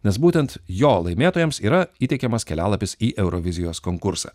nes būtent jo laimėtojams yra įteikiamas kelialapis į eurovizijos konkursą